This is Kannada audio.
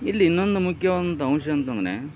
ಇಲ್ಲಿ ಇನ್ನೊಂದು ಮುಖ್ಯವಾದಂಥ ಅಂಶ ಅಂತಂದರೆ